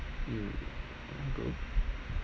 you want to go